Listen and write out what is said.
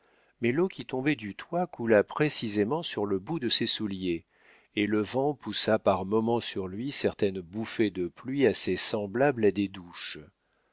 mais l'eau qui tombait du toit coula précisément sur le bout de ses souliers et le vent poussa par moments sur lui certaines bouffées de pluie assez semblables à des douches